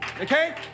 Okay